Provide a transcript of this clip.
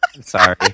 Sorry